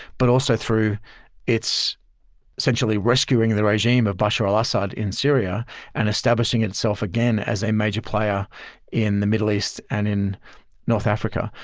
but also through its essentially rescuing the regime of bashar al-assad in syria and establishing itself again as a major player in the middle east and in north africa.